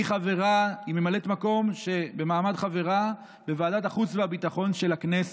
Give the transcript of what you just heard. היא ממלאת מקום במעמד חברה בוועדת החוץ והביטחון של הכנסת.